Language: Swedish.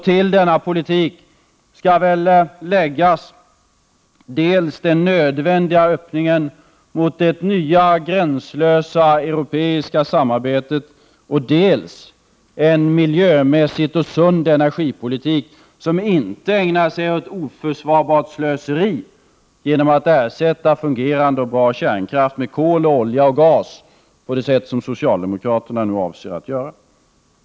Till denna politik skall läggas dels den nödvändiga öppningen mot det nya, gränslösa europeiska samarbetet, dels en miljömässig och sund energipolitik, som inte ägnar sig åt oförsvarbart slöseri genom att ersätta fungerande och bra kärnkraft med kol och olja och gas på det sätt som socialdemokraterna nu avser att göra. Herr talman!